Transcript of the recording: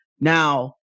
Now